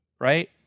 right